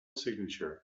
signature